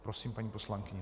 Prosím, paní poslankyně.